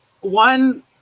one